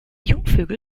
jungvögel